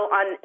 on